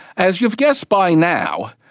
as you've guessed by now,